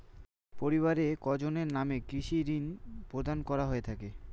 পরিবারের কয়জনের নামে কৃষি ঋণ প্রদান করা হয়ে থাকে?